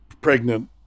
Pregnant